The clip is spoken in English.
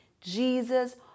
Jesus